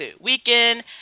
weekend